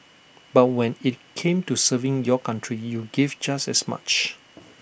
but when IT came to serving your country you gave just as much